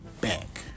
back